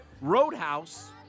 Roadhouse